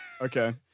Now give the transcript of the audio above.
Okay